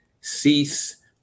Cease